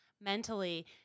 mentally